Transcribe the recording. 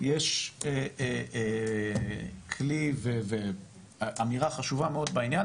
יש כלי ואמירה חשובה מאוד בעניין,